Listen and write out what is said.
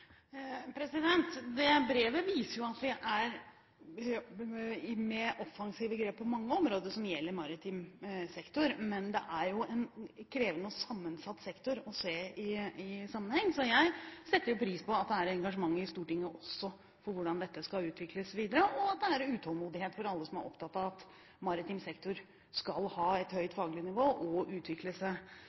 Det brevet viser jo at vi tar offensive grep på mange områder som gjelder maritim sektor, men det er en krevende og sammensatt sektor å se i sammenheng, så jeg setter pris på at det er engasjement i Stortinget også når det gjelder hvordan dette skal utvikles videre, og at det er utålmodighet fra alle som er opptatt av at maritim sektor skal ha et høyt faglig nivå og utvikle seg